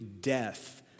death